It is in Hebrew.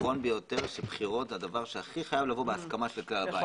נכון ביותר שבחירות זה הדבר שהכי חייב לבוא בהסכמה של כלל הבית.